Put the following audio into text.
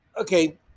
okay